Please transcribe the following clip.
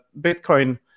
Bitcoin